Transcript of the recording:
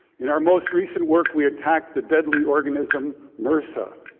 in our most recent work, we attack the deadly organism mrsa.